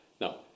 Now